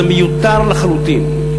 זה מיותר לחלוטין.